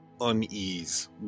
unease